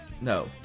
No